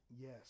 Yes